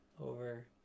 over